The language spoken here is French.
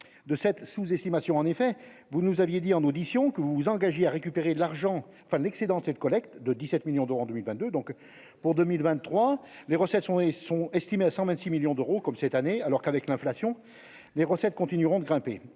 de cette sous-estimation, en effet, vous nous aviez dit en audition que vous vous engagiez à récupérer de l'argent, enfin l'excédent de cette collecte de 17 millions d'euros en 2022 donc pour 2023, les recettes sont et sont estimés à 126 millions d'euros, comme cette année, alors qu'avec l'inflation, les recettes continueront de grimper